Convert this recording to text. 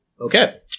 Okay